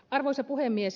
arvoisa puhemies